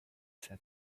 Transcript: said